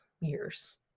years